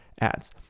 ads